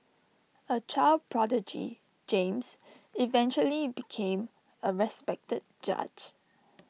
A child prodigy James eventually became A respected judge